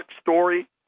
story